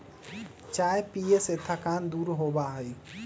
चाय पीये से थकान दूर होबा हई